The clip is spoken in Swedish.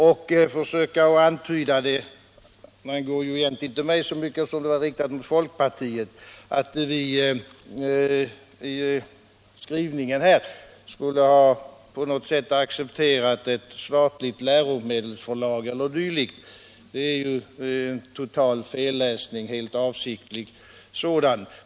8 december 1976 Och inte för att det angår mig så mycket, eftersom det var riktat mot = folkpartiet, men att försöka antyda att vi i utskottets skrivning på något Radio och television sätt skulle ha accepterat ett statligt läromedelsförlag e. d. är en total fel — i utbildningsväsen läsning — och en helt avsiktlig sådan!